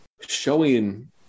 showing